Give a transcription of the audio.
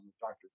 Dr